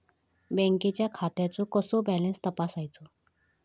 बँकेच्या खात्याचो कसो बॅलन्स तपासायचो?